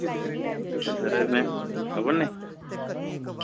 अच्छा सर में आवा ने